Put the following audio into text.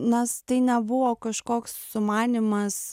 nes tai nebuvo kažkoks sumanymas